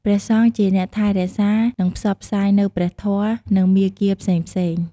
វត្តមានរបស់ព្រះអង្គផ្ដល់នូវ ភាពកក់ក្ដៅខាងផ្លូវចិត្ត ដល់ភ្ញៀវ ជាពិសេសអ្នកដែលមកពីចម្ងាយ ឬមានទុក្ខកង្វល់។